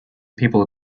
people